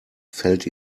fällt